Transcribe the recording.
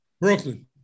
Brooklyn